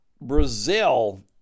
Brazil